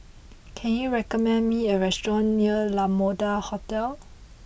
can you recommend me a restaurant near La Mode Hotel